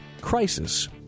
crisis